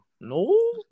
No